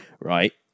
right